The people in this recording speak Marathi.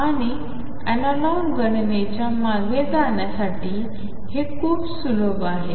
आणि अॅनालॉग गणनेच्या मागे जाण्यासाठी हे खूप सुलभ आहे